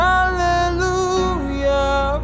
Hallelujah